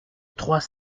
trois